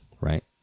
right